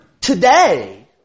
today